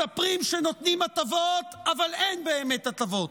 מספרים שנותנים הטבות, אבל אין באמת הטבות.